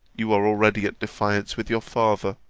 you are already at defiance with your father!